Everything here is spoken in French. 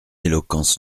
éloquence